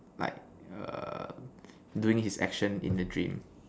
like err doing his action in the dream